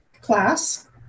class